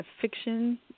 fiction